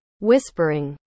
Whispering